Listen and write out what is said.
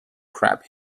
crab